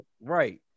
Right